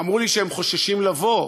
אמרו לי שהם חוששים לבוא,